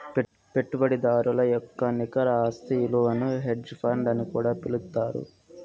పెట్టుబడిదారుల యొక్క నికర ఆస్తి ఇలువను హెడ్జ్ ఫండ్ అని కూడా పిలుత్తారు